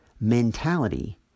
mentality